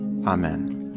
Amen